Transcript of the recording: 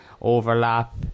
overlap